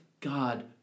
God